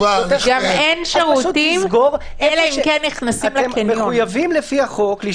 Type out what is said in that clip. אתם מחויבים לפי החוק,